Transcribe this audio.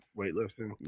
weightlifting